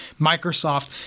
Microsoft